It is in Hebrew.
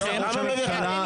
למה מביכה?